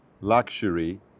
luxury